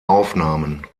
aufnahmen